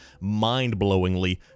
mind-blowingly